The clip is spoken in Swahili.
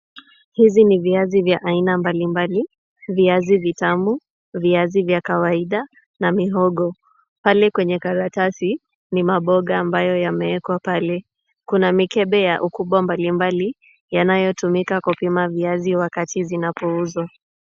Hizi ni viazi vya aina mbalimbali, viazi vitamu, viazi vya kawaida na mihogo. Pale kwenye karatasi, ni maboga ambayo yameekwa pale. Kuna mikebe ya ukubwa mbalimbali, yanayotumika kupima viazi wakati zinapouzwa.